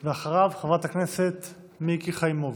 אחריו, חברת הכנסת מיקי חיימוביץ'.